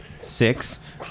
Six